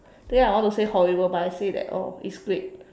then I want to say horrible but I say that oh it's great